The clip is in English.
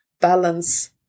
balance